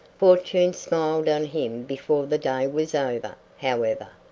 fortune smiled on him before the day was over, however.